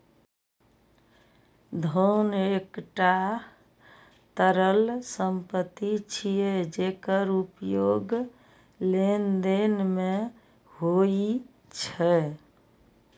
धन एकटा तरल संपत्ति छियै, जेकर उपयोग लेनदेन मे होइ छै